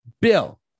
Bill